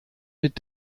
mit